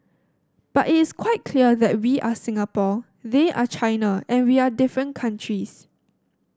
but it is quite clear that we are Singapore they are China and we are different countries